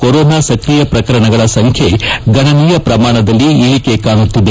corona ಸ್ಕ್ರಿಯ ಪ್ರಕರಣಗಳ ಸಂಖ್ಯೆ ಗಣನೀಯ ಪ್ರಮಾಣದಲ್ಲಿ ಇಳಿಕೆ ಕಾಣುತ್ತಿದೆ